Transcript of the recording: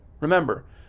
remember